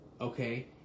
Okay